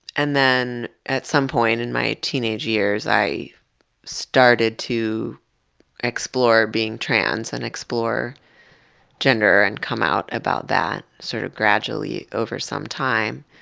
and then at some point in my teenage years i started to explore being trans and explore gender and come out about that, sort of gradually over some time.